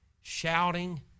shouting